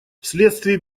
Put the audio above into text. вследствие